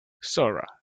zora